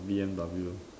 B M W